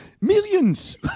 Millions